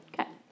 Okay